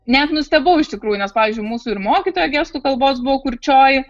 net nustebau iš tikrųjų nes pavyzdžiui mūsų ir mokytoja gestų kalbos buvo kurčioji